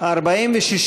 לסעיף תקציבי 24,